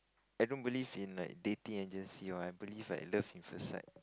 I don't believe in like dating and just see what happen If I had love in first sight